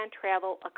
Travel